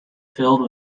filled